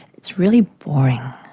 it's really boring.